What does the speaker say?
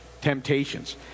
temptations